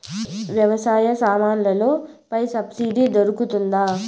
వ్యవసాయ సామాన్లలో పై సబ్సిడి దొరుకుతుందా?